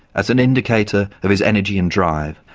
as an indicator of his energy and drive,